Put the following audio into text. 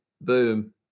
Boom